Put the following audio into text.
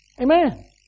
Amen